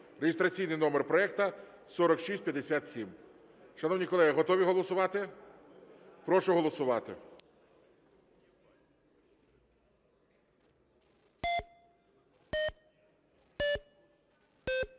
(реєстраційний номер проекту 4657). Шановні колеги, готові голосувати? Прошу голосувати.